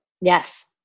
Yes